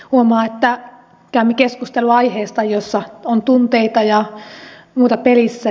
huomaa että käymme keskustelua aiheesta jossa on tunteita ja muuta pelissä